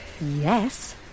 yes